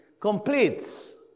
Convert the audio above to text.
completes